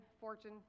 fortune